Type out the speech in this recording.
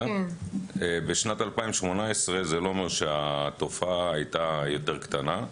בשנת 2018 זה לא אומר שהתופעה הייתה יותר קטנה.